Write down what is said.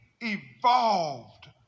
evolved